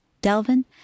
Delvin